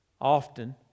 often